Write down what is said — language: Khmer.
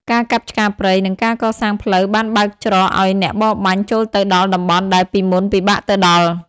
ការកាប់ឆ្ការព្រៃ និងការកសាងផ្លូវបានបើកច្រកឱ្យអ្នកបរបាញ់ចូលទៅដល់តំបន់ដែលពីមុនពិបាកទៅដល់។